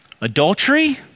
Adultery